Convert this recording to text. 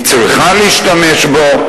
היא צריכה להשתמש בו.